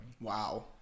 Wow